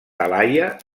talaia